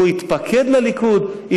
אם הוא התפקד לליכוד?